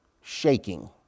shaking